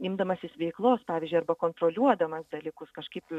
imdamasis veiklos pavyzdžiui arba kontroliuodamas dalykus kažkaip